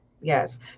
Yes